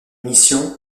missions